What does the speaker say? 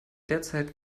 derzeit